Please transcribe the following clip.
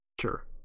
Sure